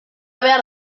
behar